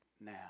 now